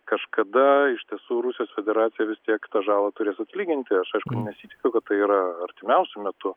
kažkada iš tiesų rusijos federacija vis tiek tą žalą turės atlyginti aš nesitikiu kad tai yra artimiausiu metu